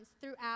throughout